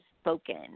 spoken